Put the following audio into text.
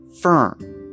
firm